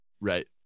Right